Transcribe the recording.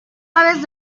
aves